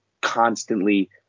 constantly